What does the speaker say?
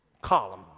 column